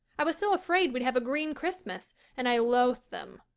i was so afraid we'd have a green christmas and i loathe them.